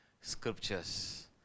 scriptures